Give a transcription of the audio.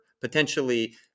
potentially